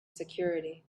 security